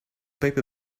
paper